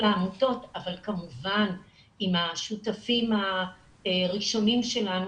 העמותות אבל כמובן עם השותפים הראשונים שלנו,